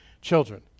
children